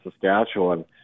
Saskatchewan